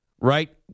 Right